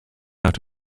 out